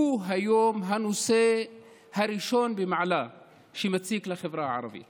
הוא היום הנושא הראשון במעלה שמציק לחברה הערבית